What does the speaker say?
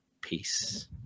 peace